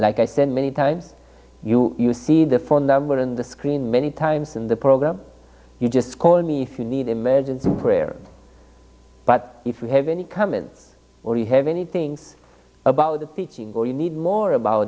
like i said many times you you see the phone number on the screen many times in the program you just call me if you need emergency pereira but if you have any comments or you have any things about the fishing or you need more about